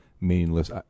meaningless